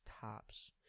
tops